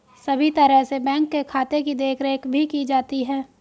सभी तरह से बैंक के खाते की देखरेख भी की जाती है